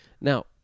Now